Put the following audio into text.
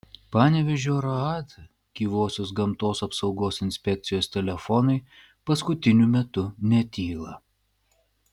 panevėžio raad gyvosios gamtos apsaugos inspekcijos telefonai paskutiniu metu netyla